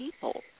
people